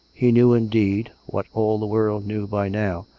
he knew, indeed, what all the world knew by now,